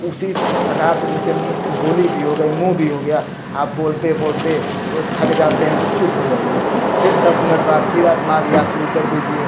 उसी प्रकार से जैसे मुँह बोली भी हो गई मुँह भी हो गया आप बोलते बोलते पूरे थक जाते हैं तो चुप हो जाइए फिर दस मिनट बाद फिर अपना रियाज़ शुरू कर दीजिए